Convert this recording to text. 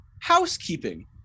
housekeeping